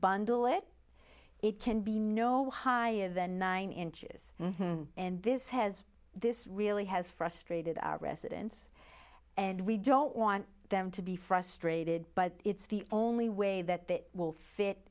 bundle it it can be no high than nine inches and this has this really has frustrated our residents and we don't want them to be frustrated but it's the only way that will fit